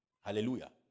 Hallelujah